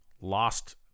Lost